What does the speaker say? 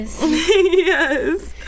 Yes